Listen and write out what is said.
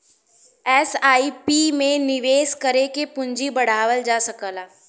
SIP में निवेश करके पूंजी बढ़ावल जा सकला